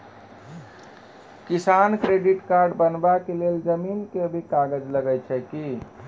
किसान credit card बनबा के लेल जमीन के भी कागज लागै छै कि?